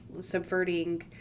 subverting